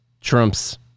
Trump's